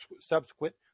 subsequent